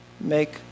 make